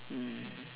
mm